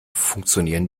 funktionieren